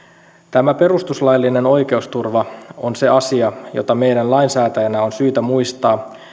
tämä perustuslaillinen oikeusturva on se asia jota meidän lainsäätäjinä on syytä muistaa